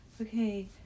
okay